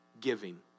giving